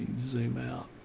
zoom out.